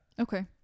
Okay